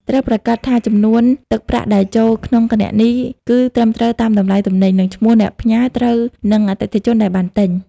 ត្រូវប្រាកដថាចំនួនទឹកប្រាក់ដែលចូលក្នុងគណនី គឺត្រឹមត្រូវតាមតម្លៃទំនិញ និងឈ្មោះអ្នកផ្ញើត្រូវនឹងអតិថិជនដែលបានទិញ។